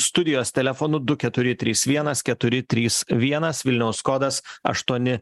studijos telefonu du keturi trys vienas keturi trys vienas vilniaus kodas aštuoni